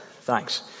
Thanks